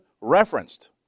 referenced